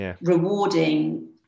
rewarding